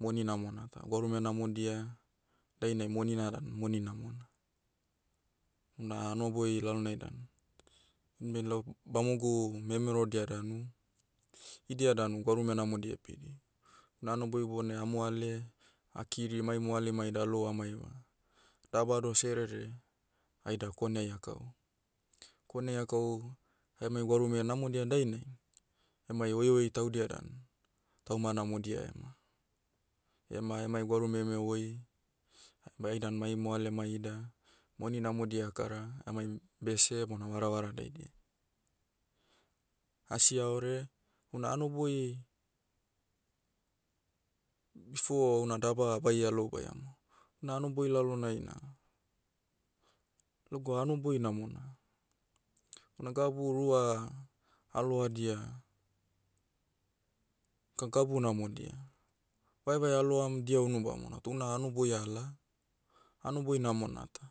Moni namona ta. Gwarume namodia, dainai monina dan moni namona. Una hanoboi lalonai dan, bamogu memerodia danu, idia danu gwarume namodia epidi. Na hanoboi ibounai amoale, akiri mai moalemai ida alou amaiva. Daba doh serere, aida koneai akau. Koneai akau, aimai gwarume namodia dainai, emai oioi taudia dan, tauma namodia ema. Ema emai gwarume eme oi, beh aidan mai moalemai ida, moni namodia akara, amai, bese bona varavara daidiai. Asiaore, una hanoboi, before una daba baia lou baiama, una hanoboi lalonai na, lagwa hanoboi namona. Una gabu rua, aloadia, ka gabu namodia. Vaevae aloam dia unu bamona toh una hanoboi ala, hanoboi namona ta.